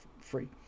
free